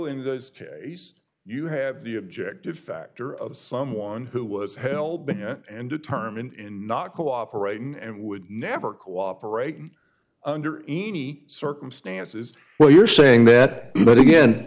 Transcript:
in those cases you have the objective factor of someone who was held and determined in not cooperating and would never cooperate under any circumstances where you're saying that but again